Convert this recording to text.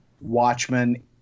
Watchmen